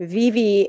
vivi